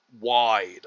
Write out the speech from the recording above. wide